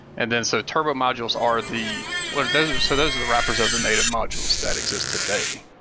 and then so turbo modules are the like those ah so those are the wrappers of the native modules that exist today.